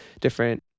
different